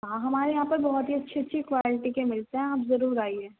ہمارے یہاں پر بہت ہی اچھی اچھی کوالٹی کے ملتے ہیں آپ ضرور آئیے